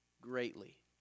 Greatly